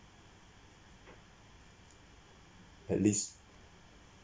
at least